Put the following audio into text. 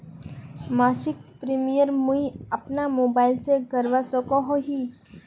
मासिक प्रीमियम मुई अपना मोबाईल से करवा सकोहो ही?